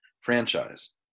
franchise